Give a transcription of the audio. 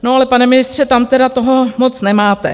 No, ale pane ministře, tam tedy toho moc nemáte.